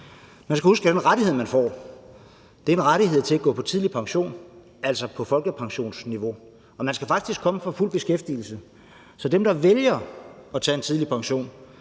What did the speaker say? Man skal huske, at den rettighed, man får, er en rettighed til at gå på tidlig pension, altså på folkepensionsniveau, og man skal faktisk komme fra fuld beskæftigelse. Så dem, der vælger at gå på tidlig pension,